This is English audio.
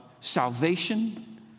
salvation